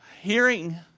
Hearing